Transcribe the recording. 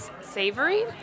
savory